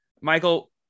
Michael